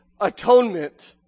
atonement